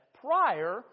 prior